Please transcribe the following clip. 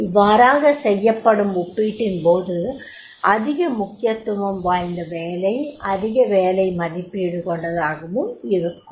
இவ்வாறாக செய்யப்படும் ஒப்பீட்டின்போது அதிக முக்கியத்துவம் வாய்ந்த வேலை அதிக வேலை மதிப்பீடு கொண்டதாகவும் இருக்கும்